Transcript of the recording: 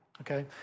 Okay